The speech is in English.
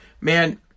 Man